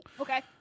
Okay